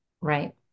Right